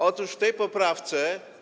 Otóż w tej poprawce.